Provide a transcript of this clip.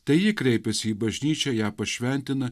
tai ji kreipiasi į bažnyčią ją pašventina